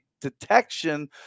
detection